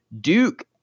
Duke